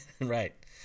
Right